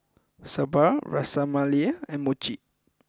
Sambar Ras Malai and Mochi